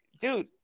dude